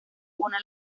una